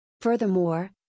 Furthermore